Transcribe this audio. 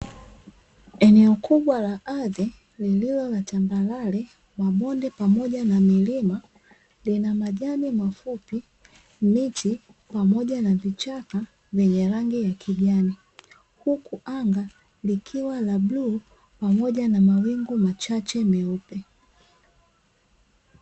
Eneo kubwa la ardhi lilio na tambalale, mabonde pamoja na milima, lina majani mafupi, miti pamoja na vichaka vyenye rangi ya kijani, huku anga likiwa la bluu pamoja na mawingu machache meupe.